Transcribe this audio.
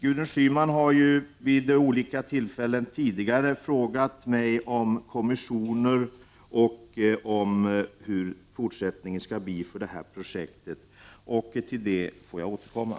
Gudrun Schyman har vid olika tillfällen frågat mig om kommissioner och om hur fortsättningen skall bli för detta projekt, och till det får jag återkomma.